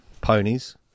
ponies